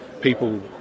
people